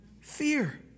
Fear